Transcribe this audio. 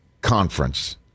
conference